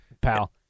pal